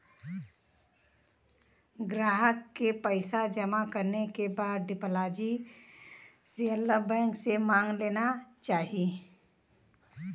ग्राहक के पइसा जमा करे के बाद डिपाजिट स्लिप बैंक से मांग लेना चाही